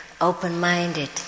open-minded